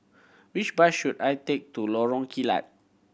which bus should I take to Lorong Kilat